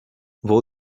vou